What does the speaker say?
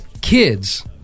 kids